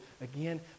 Again